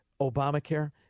Obamacare